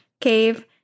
Cave